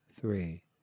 three